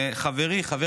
לחברי חבר